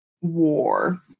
War